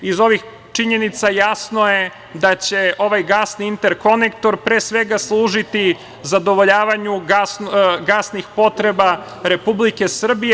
Iz ovih činjenica jasno je da će ovaj gasni interkonektor, pre svega služiti zadovoljavanju gasnih potreba Republike Srbije.